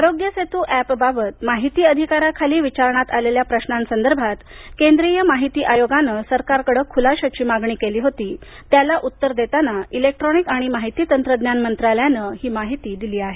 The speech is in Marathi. आरोग्य सेतू अॅपबाबत माहिती अधिकाराखाली विचारण्यात आलेल्या प्रश्नासंदर्भात केंद्रीय माहिती आयोगानं सरकारकडं खुलाशाची मागणी केली होती त्याला उत्तर देताना इलेक्ट्रोनिक आणि माहिती तंत्रज्ञान मंत्रालयानं ही माहिती दिली आहे